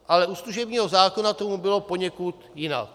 Ale u služebního zákona tomu bylo poněkud jinak.